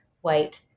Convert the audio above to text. white